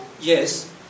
yes